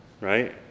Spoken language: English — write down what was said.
right